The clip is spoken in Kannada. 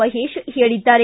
ಮಹೇಶ್ ಹೇಳಿದ್ದಾರೆ